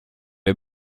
est